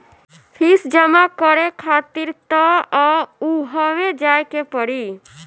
fees जमा करे खातिर तअ उहवे जाए के पड़ी